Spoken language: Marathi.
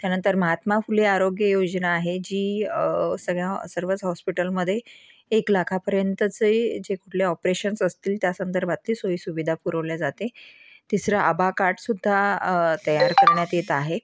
त्यानंतर महात्मा फुले आरोग्य योजना आहे जी सगळ्या सर्वच हॉस्पिटलमदे एक लाखापरेंतचे जे कुठले ऑपरेशन्स असतील त्या संदर्भातील सोई सुविधा पुरवल्या जाते तिसरं आबा कार्ड सुद्धा तयार करण्यात येत आहे